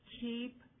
keep